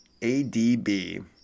ADB